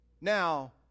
Now